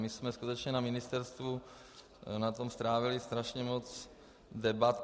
My jsme skutečně na ministerstvu na tom strávili strašně moc debat.